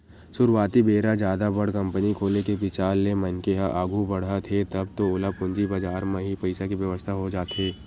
सुरुवाती बेरा जादा बड़ कंपनी खोले के बिचार ले मनखे ह आघू बड़हत हे तब तो ओला पूंजी बजार म ही पइसा के बेवस्था हो जाथे